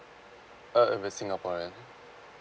uh I am a singaporean